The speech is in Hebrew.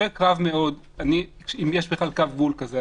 ספק רב מאוד אם יש בכלל קו גבול כזה.